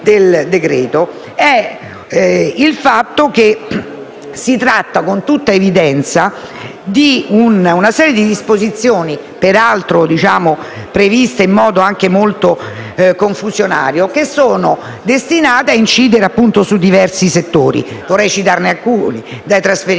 il fatto che si tratta, con tutta evidenza, di una serie di disposizioni, peraltro previste in modo anche molto confusionario, destinate a incidere su diversi settori. Vorrei citarne alcuni: dai trasferimenti